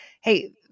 hey